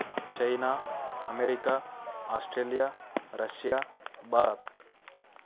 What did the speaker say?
China America Australia Russia